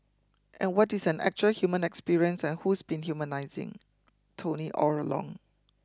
and what is an actual human experience and who's been humanising Tony all along